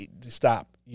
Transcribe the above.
stop